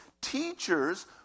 teachers